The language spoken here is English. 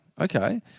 Okay